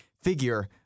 figure